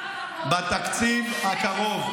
בתקציב הקרוב,